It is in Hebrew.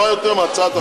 טובה יותר מהצעת החוק.